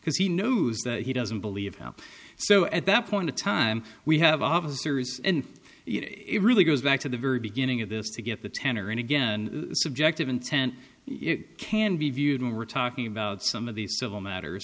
because he knows that he doesn't believe him so at that point of time we have officers and it really goes back to the very beginning of this to get the tenor and again subjective intent can be viewed and we're talking about some of these civil matters